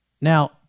Now